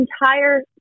entire